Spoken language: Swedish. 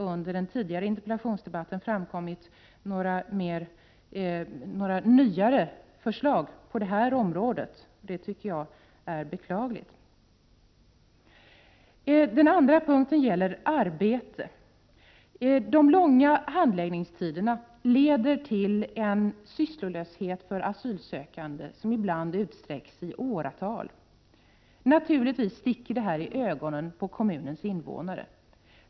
Under den tidigare interpellationsdebatten har det väl inte framkommit några nyare förslag på det här området, och det tycker jag är beklagligt. En annan punkt jag vill ta upp är frågan om arbete. De långa handläggningstiderna leder till en sysslolöshet för asylsökande som ibland utsträcks i åratal. Detta förhållande sticker naturligtvis i ögonen på kommunens invånare.